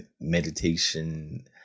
meditation